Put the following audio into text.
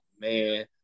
man